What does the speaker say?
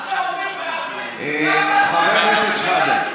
על זה אומרים בערבית, חבר הכנסת שחאדה,